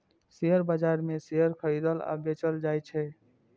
share बाजार मे share खरीदल आ बेचल जाइ छै